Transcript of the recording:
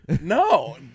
No